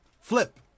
Flip